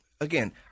again